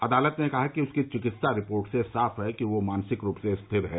अदालत ने कहा कि उसकी चिकित्सा रिपोर्ट से साफ है कि वह मानसिक रूप से स्थिर है